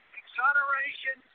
exoneration